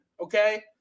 Okay